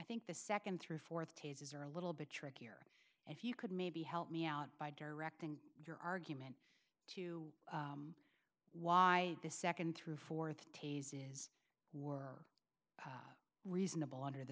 think the second three fourth pages are a little bit trickier if you could maybe help me out by directing your argument to why the second through fourth tazes were reasonable under the